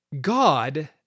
God